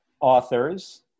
authors